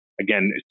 Again